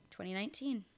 2019